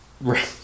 Right